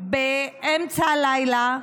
באמצע הלילה,